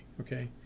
Okay